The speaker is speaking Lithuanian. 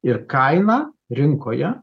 ir kaina rinkoje